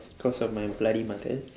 cause of my bloody mother